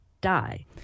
die